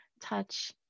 touch